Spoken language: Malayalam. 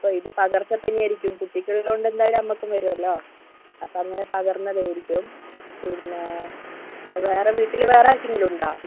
അപ്പോൾ ഇത് പകർച്ച പനി ആയിരിക്കും കുട്ടിക്കുള്ളതുകൊണ്ട് എന്തായാലും അമ്മയ്ക്കും വരുമല്ലോ അപ്പോൾ അങ്ങനെ പകർന്നതായിരിക്കും പിന്നെ വേറെ വീട്ടിൽ വേറെ ആർക്കെങ്കിലും ഉണ്ടോ